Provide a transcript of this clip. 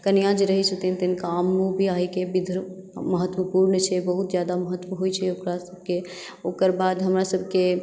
कनिऑ जे रहै छथिन तिनका आम महु बियाहेके विध महत्वपुर्ण छै जादा महत्व होइ छै अपना सभकेँ ओकर बाद हमरा सभकेँ